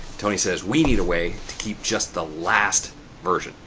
tony says, we need a way to keep just the last version.